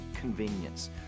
convenience